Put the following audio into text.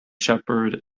shepherd